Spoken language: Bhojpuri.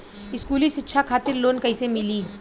स्कूली शिक्षा खातिर लोन कैसे मिली?